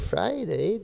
Friday